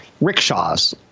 Rickshaws